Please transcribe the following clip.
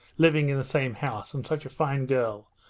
living in the same house and such a fine girl,